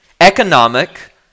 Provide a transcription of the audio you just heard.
economic